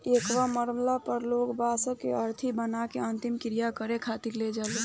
इहवा मरला पर लोग बांस के अरथी बना के अंतिम क्रिया करें खातिर ले जाले